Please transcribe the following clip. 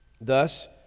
Thus